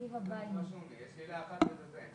יש לנו את המסמכים של הסיפור שלה.